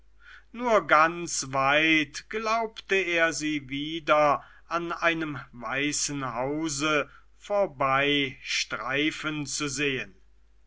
nur ganz weit glaubte er sie wieder an einem weißen hause vorbeistreifen zu sehen